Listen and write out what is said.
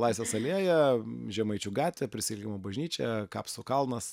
laisvės alėja žemaičių gatvė prisikėlimo bažnyčia kapsų kalnas